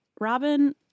Robin